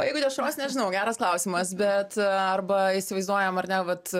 o jeigu dešros nežinau geras klausimas bet arba įsivaizduojam ar ne vat